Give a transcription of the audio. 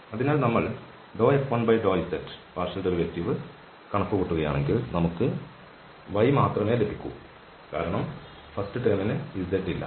അതിനാൽ നമ്മൾ F1∂z ഭാഗിക ഡെറിവേറ്റീവ് കണക്കുകൂട്ടുകയാണെങ്കിൽ നമുക്ക് y മാത്രമേ ലഭിക്കൂ കാരണം ആദ്യ ടേമിന് z ഇല്ല